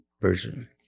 person